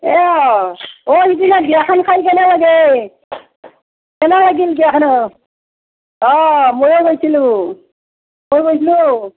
এইয়াই আৰু অঁ সেইদিনা বিয়াখন খাই কেনে লাগিল কেনে লাগিল বিয়াখনত অঁ ময়ো গৈছিলোঁ ময়ো গৈছিলোঁ